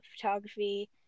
photography